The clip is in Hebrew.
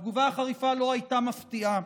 התגובה החריפה לא הייתה מפתיעה,